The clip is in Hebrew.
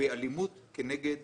באלימות כנגד